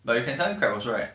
but you can sell crab also right